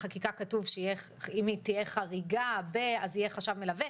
בחקיקה כתוב שאם תהיה חריגה אז יהיה חריגה אז יהיה חשב מלווה,